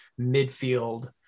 midfield